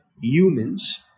humans